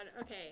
Okay